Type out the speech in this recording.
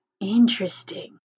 Interesting